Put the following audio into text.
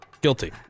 Guilty